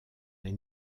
les